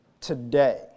today